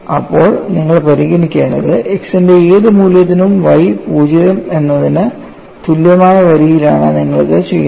അപ്പോൾ നിങ്ങൾ പരിഗണിക്കേണ്ടത് x ന്റെ ഏത് മൂല്യത്തിനും y 0 എന്നതിന് തുല്യമായ വരിയിലാണ് നിങ്ങൾ ഇത് ചെയ്യുന്നത്